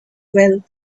wealth